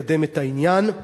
ונקדם את העניין.